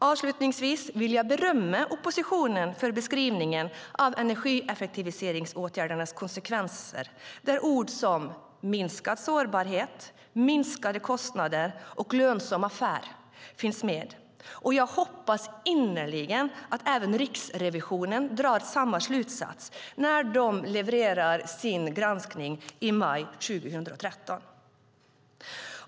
Avslutningsvis vill jag berömma oppositionen för beskrivningen av energieffektiviseringsåtgärdernas konsekvenser, där ord som "minskad sårbarhet", "minskade kostnader" och "lönsam affär" finns med. Jag hoppas innerligen att även Riksrevisionen drar samma slutsats när de levererar sin granskning i maj 2013.